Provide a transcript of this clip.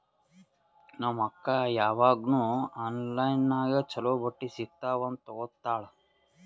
ನಮ್ ಅಕ್ಕಾ ಯಾವಾಗ್ನೂ ಆನ್ಲೈನ್ ನಾಗೆ ಛಲೋ ಬಟ್ಟಿ ಸಿಗ್ತಾವ್ ಅಂತ್ ತಗೋತ್ತಾಳ್